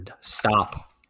stop